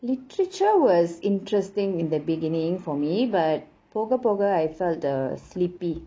literature was interesting in the beginning for me but போக போக:poga poga I felt uh sleepy